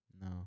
No